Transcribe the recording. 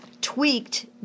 tweaked